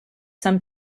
some